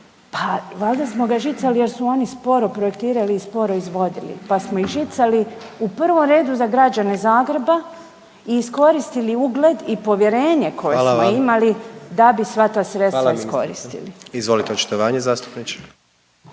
pa valda smo ga žicali jer su oni sporo projektirali i sporo izvodili, pa smo ih žicali u prvom redu za građane Zagreba i iskoristili ugled i povjerenje koje smo imali …/Upadica predsjednik: Hvala vam./… da bi